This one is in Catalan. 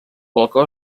balcó